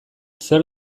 zer